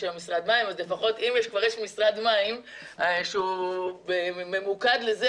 יש היום משרד מים ואם כבר יש משרד מים שהוא ממוקד לנושא,